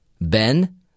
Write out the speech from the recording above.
Ben